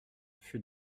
fut